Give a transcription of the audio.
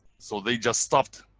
so they just stopped